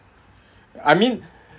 I mean